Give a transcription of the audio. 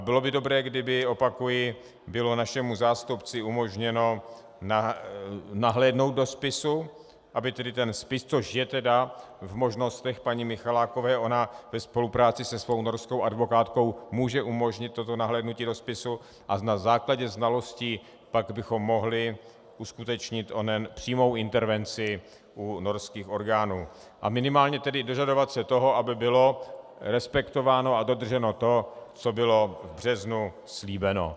Bylo by dobré, kdyby, opakuji, bylo našemu zástupci umožněno nahlédnout do spisu, což je tedy v možnostech paní Michalákové, ona ve spolupráci se svou norskou advokátkou může umožnit toto nahlédnutí do spisu, a na základě znalostí pak bychom mohli uskutečnit onu přímou intervenci u norských orgánů a minimálně se dožadovat toho, aby bylo respektováno a dodrženo to, co bylo v březnu slíbeno.